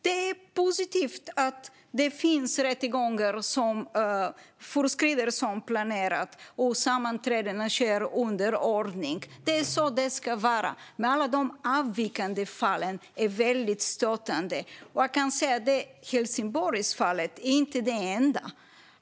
Det är positivt att det finns rättegångar som fortskrider som planerat och att det är ordning under sammanträdena. Det är så det ska vara. Men alla de avvikande fallen är väldigt stötande. Helsingborgsfallet är inte det enda fallet.